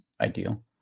ideal